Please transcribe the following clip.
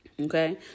Okay